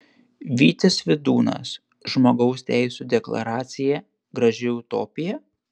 vytis vidūnas žmogaus teisų deklaracija graži utopija